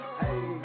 hey